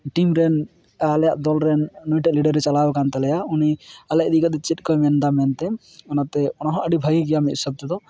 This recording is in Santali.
ᱴᱤᱢ ᱨᱮᱱ ᱟᱞᱮᱭᱟᱜ ᱫᱚᱞ ᱨᱮᱱ ᱩᱱᱤᱴᱟᱜ ᱞᱤᱰᱟᱨᱮ ᱪᱟᱞᱟᱣ ᱟᱠᱟᱱ ᱛᱟᱞᱮᱭᱟ ᱩᱱᱤ ᱟᱞᱮ ᱤᱫᱤ ᱠᱟᱛᱮᱫ ᱪᱮᱫ ᱠᱚᱭ ᱢᱮᱱ ᱮᱫᱟ ᱢᱮᱱᱛᱮ ᱚᱱᱟᱛᱮ ᱚᱱᱟ ᱦᱚᱸ ᱟᱹᱰᱤ ᱵᱷᱟᱹᱜᱤ ᱜᱮᱭᱟ ᱢᱤᱫ ᱦᱤᱥᱟᱹᱵ ᱛᱮᱫᱚ